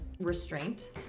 restraint